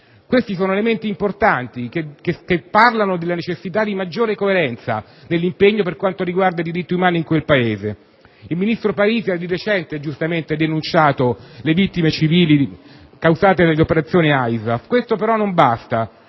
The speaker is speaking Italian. Questi sono elementi importanti che evidenziano la necessità di una maggiore coerenza nell'impegno per i diritti umani in quel Paese. Il ministro Parisi, di recente, ha giustamente denunciato le vittime civili causate dall'operazione ISAF. Questo, però, non basta: